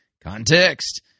context